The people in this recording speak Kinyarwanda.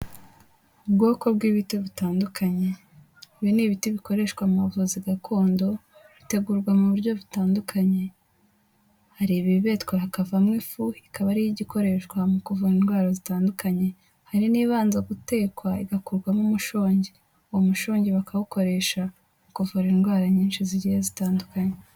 Ubwoko bw'ibiti bitandukanye, ibi ni ibiti bikoreshwa mu buvuzi gakondo, bitegurwa mu buryo butandukanye, hari ibibetwa hakavamo ifu, ikaba ariyo ijya ikoreshwa mu kuvura indwara zitandukanye, hari n'ibanza gutekwa igakurwamo umushongi. Uwo mushongi bakawukoresha, kuvura indwara nyinshi zigiye zitandukanye.